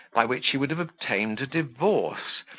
by which he would have obtained a divorce,